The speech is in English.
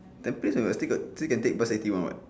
tampines still got still can take bus eighty one [what]